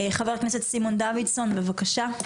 חבר הכנסת סימון דוידסון, בבקשה.